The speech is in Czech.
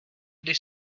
když